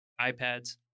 iPads